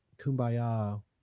Kumbaya